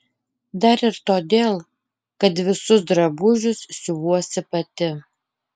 dar ir todėl kad visus drabužius siuvuosi pati